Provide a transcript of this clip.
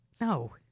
No